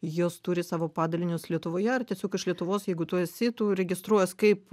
jos turi savo padalinius lietuvoje ar tiesiog iš lietuvos jeigu tu esi tu registruojies kaip